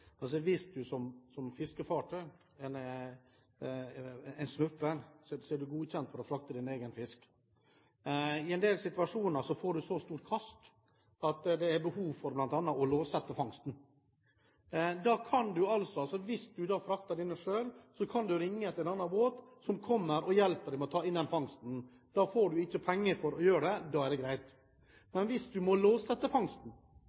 er den godkjent for å frakte egen fisk. I en del situasjoner får man så stort kast at det er behov for bl.a. å låssette fangsten. Hvis man da frakter dette selv, kan man ringe til en annen båt som kommer og hjelper til med å ta inn den fangsten. Da får man ikke penger for å gjøre det, da er det greit. Men hvis man må låssette fangsten,